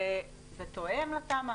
זה תואם לתמ"א?